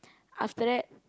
after that